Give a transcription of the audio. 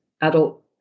adult